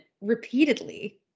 repeatedly